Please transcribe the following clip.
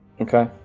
Okay